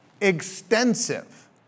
extensive